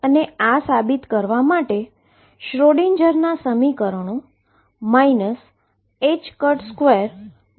અને આ સાબિત કરવા માટે શ્રોડિંજરના Schrödinger સમીકરણો 22md2mdx2VxmEmલઈએ